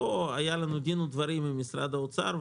פה היה לנו דין ודברים עם משרד האוצר.